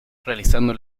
realizando